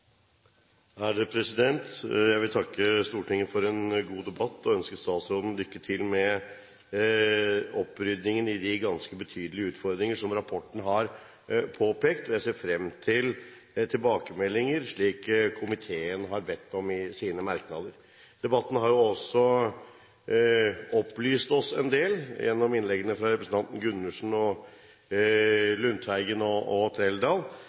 fra Mattilsynet. Jeg vil takke Stortinget for en god debatt og ønsker statsråden lykke til med oppryddingen i de ganske betydelige utfordringer som rapporten har påpekt. Jeg ser frem til tilbakemeldinger, slik komiteen har bedt om i sine merknader. Debatten har jo også opplyst oss en del, gjennom innleggene til representantene Gundersen, Lundteigen og Trældal, og